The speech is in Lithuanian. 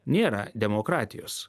nėra demokratijos